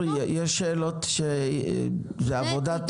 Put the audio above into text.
יש שאלות שזה עבודת מטה.